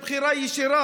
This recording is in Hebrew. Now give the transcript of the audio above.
בבחירה ישירה,